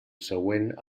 següent